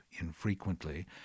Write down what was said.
infrequently